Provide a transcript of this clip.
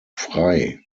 frei